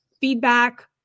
feedback